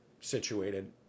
situated